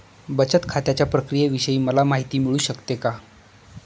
बचत खात्याच्या प्रक्रियेविषयी मला माहिती मिळू शकते का?